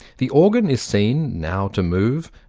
the organ is seen now to move,